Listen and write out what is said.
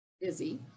busy